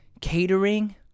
catering